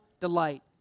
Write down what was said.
delight